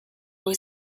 was